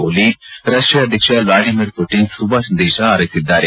ಓಲಿ ರಷ್ಣ ಅಧ್ಯಕ್ಷ Vladimir Putin ಶುಭ ಸಂದೇಶ ಕಳುಹಿಸಿದ್ದಾರೆ